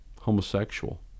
homosexual